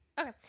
Okay